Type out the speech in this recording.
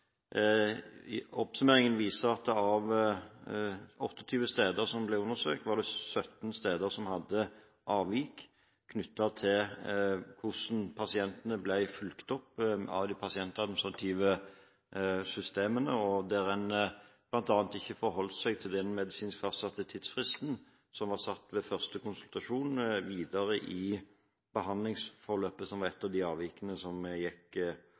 Oppsummeringen viser at av 28 steder som ble undersøkt, var det 17 steder som hadde avvik knyttet til hvordan pasientene ble fulgt opp av de pasientadministrative systemene. Man hadde videre i behandlingsforløpet bl.a. ikke forholdt seg til den medisinsk fastsatte tidsfristen som ble satt ved første konsultasjon. Dette var et av de avvikene som gikk